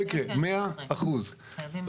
מאה אחוזים.